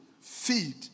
Feed